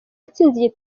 yatsinze